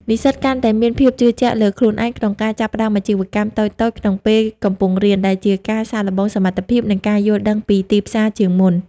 និស្សិតកាន់តែមានភាពជឿជាក់លើខ្លួនឯងក្នុងការចាប់ផ្ដើមអាជីវកម្មតូចៗក្នុងពេលកំពុងរៀន ដែលជាការសាកល្បងសមត្ថភាព និងការយល់ដឹងពីទីផ្សារជាមុន។